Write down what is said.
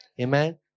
Amen